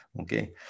okay